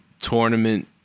tournament